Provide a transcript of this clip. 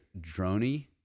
Droney